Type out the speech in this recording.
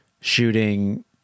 shooting